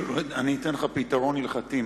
אני אתן לך פתרון הלכתי.